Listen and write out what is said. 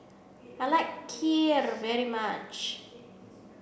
I like Kheer very much